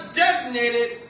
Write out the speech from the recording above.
designated